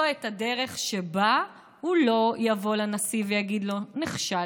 שבה הוא לא יבוא לנשיא ויגיד לו: נכשלתי,